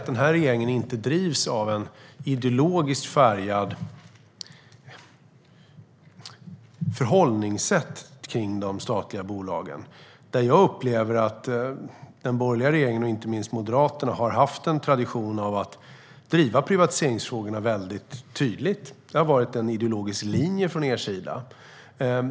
Den här regeringen drivs inte av ett ideologiskt färgat förhållningssätt till de statliga bolagen. Jag upplevde att den borgerliga regeringen hade och inte minst Moderaterna har haft en tradition av att driva privatiseringsfrågorna tydligt. Det har varit en ideologisk linje från er sida.